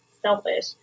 selfish